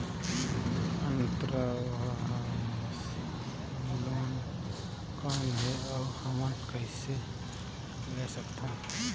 अंतरव्यवसायी लोन कौन हे? अउ हमन कइसे ले सकथन?